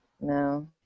No